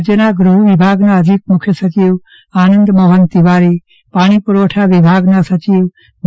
રાજયના ગૃફ વિભાગના અધિક મુખ્ય સચિવ આનંદ મોફન તિવારી પાણી પુરવઠા વિભાગના સચિવ જે